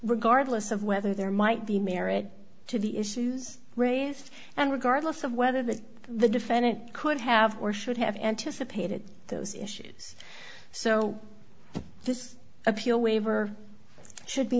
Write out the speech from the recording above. regardless of whether there might be merit to the issues raised and regardless of whether the the defendant could have or should have anticipated those issues so this appeal waiver should be